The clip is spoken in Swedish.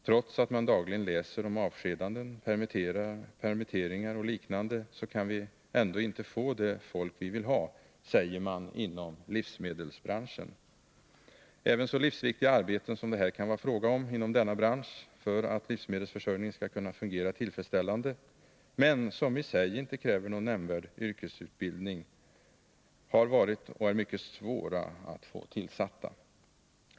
”Trots att man dagligen läser om avskedanden, permitteringar och liknande kan vi ändå inte få det folk vi vill ha”, säger man inom livsmedelsbranschen. Även när det gäller livsviktiga arbeten inom livsmedelsbranschen — livsmedelsförsörjningen måste ju fungera tillfredsställande — som i sig inte kräver någon nämnvärd yrkesutbildning, har det varit och är mycket svårt att finna personer som vill ha arbetena.